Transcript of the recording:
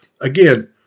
again